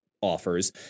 offers